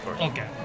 Okay